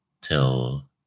till